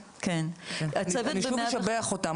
אני שוב אשבח אותם.